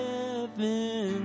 Heaven